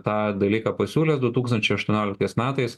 tą dalyką pasiūlė du tūkstančiai aštuonioliktais metais